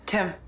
Tim